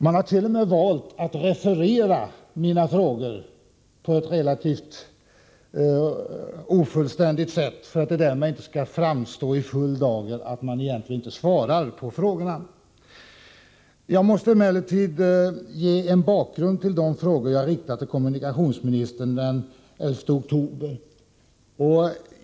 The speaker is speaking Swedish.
Man har t.o.m. valt att referera frågorna i min interpellation på ett relativt ofullständigt sätt, för att det inte skall framstå i full dager att man egentligen inte svarar på de frågor som ställts. Jag vill inledningsvis säga något om bakgrunden till de frågor som jag riktat till kommunikationsministern i min interpellation den 11 oktober.